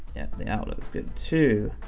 yeah, the out looks good too.